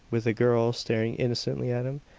with the girl staring innocently at him,